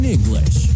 English